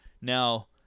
now